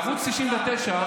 בערוץ 99,